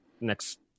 next